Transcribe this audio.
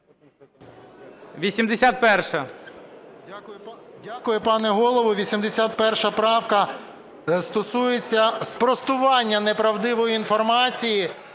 81 правка стосується спростування неправдивої інформації,